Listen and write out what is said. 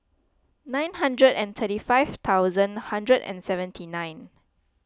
nine hundred and thirty five thousand hundred and seventy nine